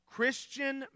Christian